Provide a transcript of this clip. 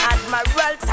Admiral